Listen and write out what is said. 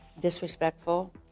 disrespectful